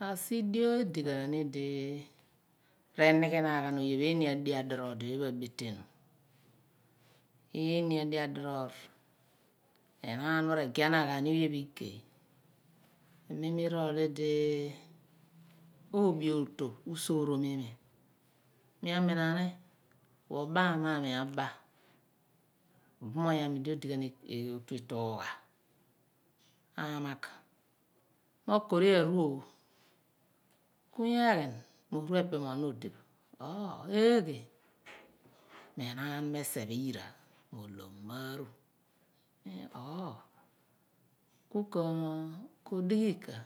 Asidio edi ghan ni di renighanaan oye pho eeni adiroorh di oye pho abetenu, iini adio adiroorh enaan pho re ge anaan ghan oye pho agey. Amonirol li di oobi ooto usorom iimi mi amina ni ku obaam mo aami aba, obumoony aami di odi ofu itụụgha amagh mo kori aru ooh ku mi apara mo eghani mo tu epe mi odighan bo oohoo eeghe, me enaan mo iseph iyira, ohlom ma aaru, eenhee, ku kodighi ika